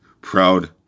proud